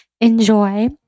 enjoy